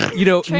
you know,